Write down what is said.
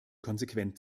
konsequent